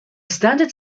standard